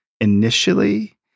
initially